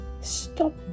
Stop